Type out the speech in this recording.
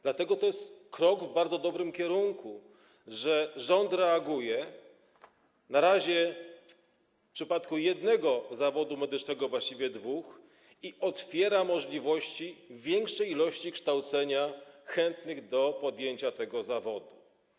Dlatego to jest krok w bardzo dobrym kierunku, że rząd reaguje, na razie w przypadku jednego zawodu medycznego, a właściwie dwóch, i otwiera możliwości kształcenia większej ilości chętnych do podjęcia tego zawodu.